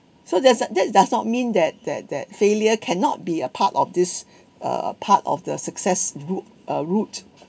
so there's a that does not mean that that that failure cannot be a part of this uh part of the success route uh route